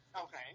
Okay